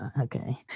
Okay